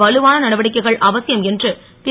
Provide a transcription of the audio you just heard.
வலுவான நடவடிக்கைகள் அவதியம் என்று ரு